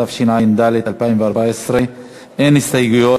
התשע"ד 2014. אין הסתייגויות.